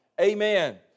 Amen